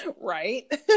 right